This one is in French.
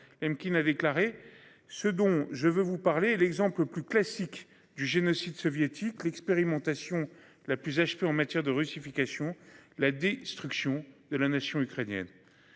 Mclean a déclaré ce dont je veux vous parler. L'exemple le plus classique du génocide soviétique l'expérimentation la plus achevée en matière de russification la destruction de la nation ukrainienne.